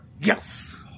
Yes